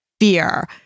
fear